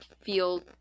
feel